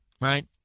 right